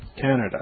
Canada